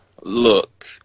look